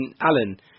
Alan